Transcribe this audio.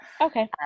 okay